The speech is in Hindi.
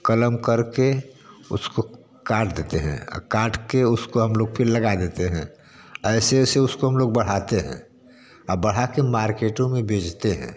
कलम करके उसको काट देते हैं आ काटके उसको हम लोग फिर लगा देते हैं ऐसे ऐसे उसको हम लोग बढ़ाते हैं आ बढ़ाके मार्केटों में बेचते हैं